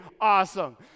awesome